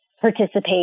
participate